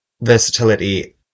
versatility